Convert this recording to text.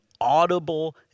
audible